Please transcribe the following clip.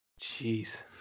Jeez